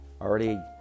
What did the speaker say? already